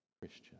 Christian